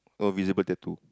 oh visible get two